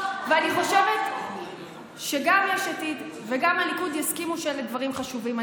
ואני חושבת שגם יש עתיד וגם הליכוד יסכימו שאלה דברים חשובים,